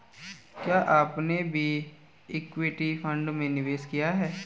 क्या आपने भी इक्विटी फ़ंड में निवेश किया है?